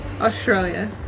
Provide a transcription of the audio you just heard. Australia